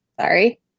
sorry